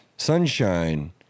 Sunshine